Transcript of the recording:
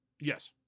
Yes